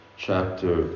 Chapter